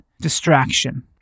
distraction